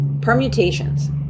Permutations